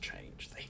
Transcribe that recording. change